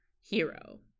hero